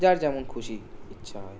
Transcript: যার যেমন খুশি ইচ্ছা হয়